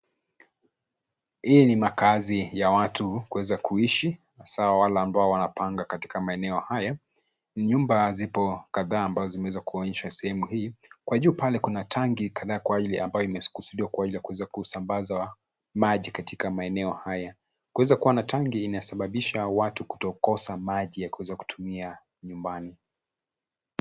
Hii ni makkazi ya watu kuweza kuishi hasa wale ambao wanapanga katika maeneo haya. Nyumba zipo kadhaa ambazo zimeweza kuonyeshwa sehemu hii. Kwa juu pale kuna tanki kadhaa kwa ajili ambayo imekusudiwa kwa ajili ya kuweza kusambaza maji katika maeneo haya. Kunaweza kuwa na tanki ya kusababisha watu kutokosa maji yakuweza kutumia nyumbani.